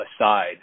aside